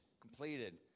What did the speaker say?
completed